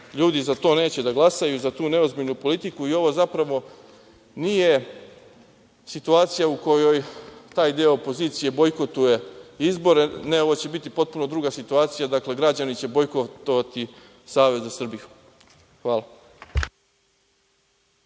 Ljudi za to neće da glasaju, za tu neozbiljnu politiku. Ovo, zapravo, nije situacija u kojoj taj deo opozicije bojkotuje izbore. Ne, ovo će biti potpuno druga situacija. Dakle, građani će bojkotovati Savez za Srbiju. Hvala.